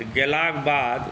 तऽ गेलाक बाद